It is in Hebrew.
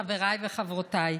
חבריי וחברותיי,